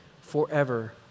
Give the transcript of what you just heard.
forever